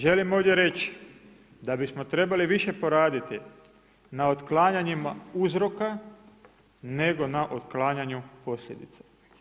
Želim ovdje reći da bismo trebali više poraditi na otklanjanjima uzroka nego na otklanjanju posljedica.